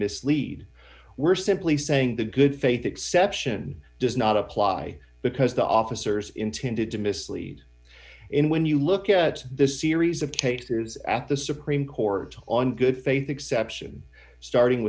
mislead we're simply saying the good faith exception does not apply because the officers intended to mislead in when you look at this series of taters at the supreme court on good faith exception starting